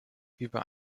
über